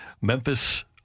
Memphis